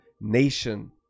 nation